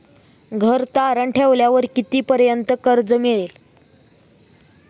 घर तारण ठेवल्यावर कितीपर्यंत कर्ज मिळेल?